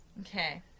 okay